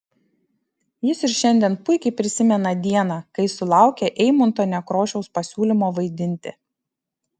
jis ir šiandien puikiai prisimena dieną kai sulaukė eimunto nekrošiaus pasiūlymo vaidinti